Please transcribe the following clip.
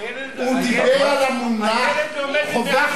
הוא דיבר על המונח חובה.